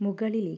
മുകളിലേക്ക്